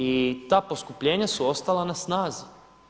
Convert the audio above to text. I ta poskupljenja su ostala na snazi.